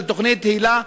של תוכנית היל"ה,